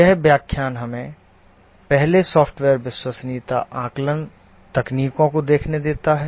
यह व्याख्यान हमें पहले सॉफ्टवेयर विश्वसनीयता आकलन तकनीकों को देखने देता है